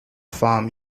farm